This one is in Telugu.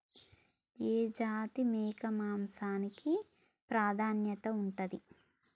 ఏ జాతి మేక మాంసానికి ప్రాధాన్యత ఉంటది?